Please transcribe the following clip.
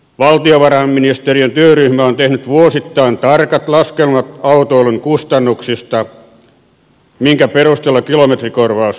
valtiovarainministeriön työryhmä on tehnyt vuosittain tarkat laskelmat autoilun kustannuksista minkä perusteella kilometrikorvaus on laskettu